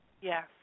Yes